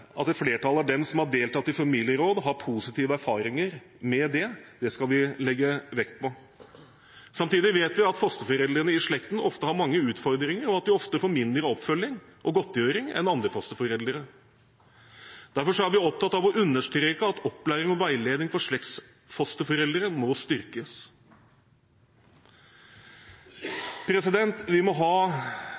at et flertall av dem som har deltatt i familieråd, har positive erfaringer med det, skal vi legge vekt på. Samtidig vet vi at fosterforeldrene i slekten ofte har mange utfordringer, og at de ofte får mindre oppfølging og godtgjøring enn andre fosterforeldre. Derfor er vi opptatt av å understreke at opplæring og veiledning for slektsfosterforeldre må styrkes. Vi må ha